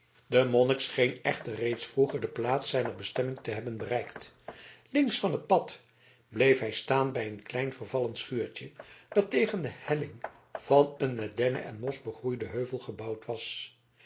de monnik scheen echter reeds vroeger de plaats zijner bestemming te hebben bereikt links van het pad bleef hij staan bij een klein vervallen schuurtje dat tegen de helling van een met dennen en mos begroeiden heuvel gebouwd was